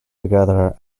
together